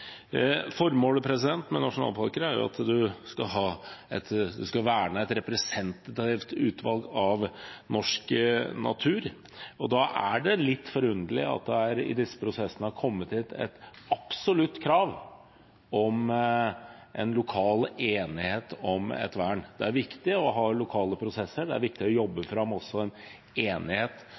med nasjonalparker er at man skal verne et representativt utvalg av norsk natur. Da er det litt forunderlig at det i disse prosessene har kommet et absolutt krav om lokal enighet om vern. Det er viktig å ha lokale prosesser, det er også viktig å jobbe fram en enighet